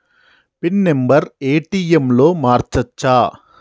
Pin number ATM లో మార్చచ్చా?